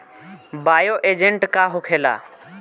Bio agent का होखेला?